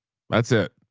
that's it?